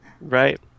Right